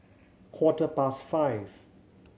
quarter past five